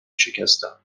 شکستم